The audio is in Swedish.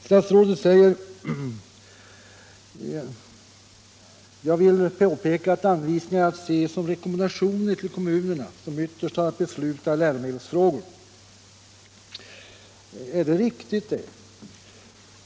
Statsrådet säger: ”Jag vill dock påpeka att anvisningarna är att se som rekommendationer till kommunerna, som ytterst har att besluta i läromedelsfrågor.” Är det riktigt det?